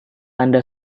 anda